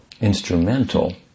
instrumental